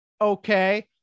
Okay